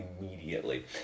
immediately